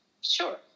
sure